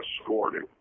escorting